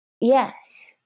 Yes